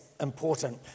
important